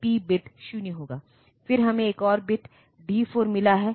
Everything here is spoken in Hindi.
यह वास्तव में एक सीपीयू है जिसमें एएलयू शामिल है फिर आपको रजिस्टर और वह सब मिल गया है